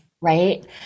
Right